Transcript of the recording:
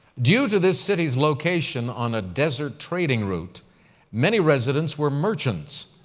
due to the city's location on a desert trading route many residents were merchants,